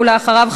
ואחריו,